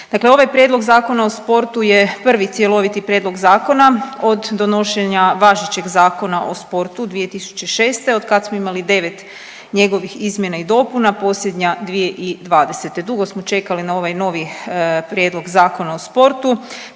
Dakle, ovaj Prijedlog Zakona o sportu je prvi cjeloviti prijedlog zakona od donošenja važećeg Zakona o sportu 2006. od kad smo imali devet njegovih izmjena i dopuna, posljednja 2020. Dugo smo čekali na ovaj novi Prijedlog Zakona o sportu,